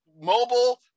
mobile